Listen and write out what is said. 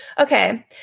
Okay